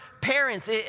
parents